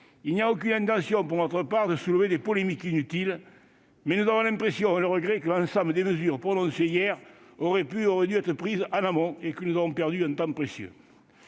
il n'y a aucune intention pour notre part de soulever des polémiques inutiles, mais nous avons l'impression, avec regret, que l'ensemble des mesures prononcées hier auraient pu, et auraient dû, être prises en amont et que nous avons perdu un temps précieux.